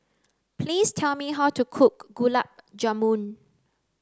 please tell me how to cook Gulab Jamun